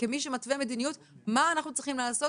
כמי שמתווה מדיניות מה אנחנו צריכים לעשות